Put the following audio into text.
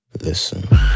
Listen